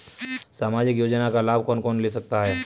सामाजिक योजना का लाभ कौन कौन ले सकता है?